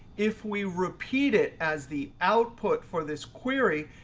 if we repeat it as the output for this query,